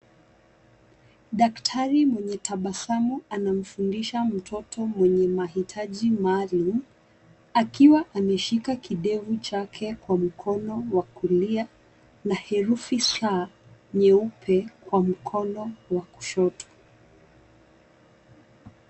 Daktari mwenye tabasamu anamfundisha mtoto mwenye mahitaji maalum akiwa ameshika kidevu chake kwa mkono wa kulia na herufi /s/ nyeupe kwa mkono wa kushoto.